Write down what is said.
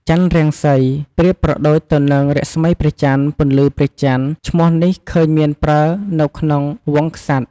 ចន្ទរង្សី ប្រៀបប្រដូចទៅនឹង រស្មីព្រះចន្ទ ពន្លឺព្រះចន្ទ ឈ្មោះនេះឃើញមានប្រើនៅក្នុងវង្សក្សត្រ ។